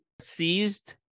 seized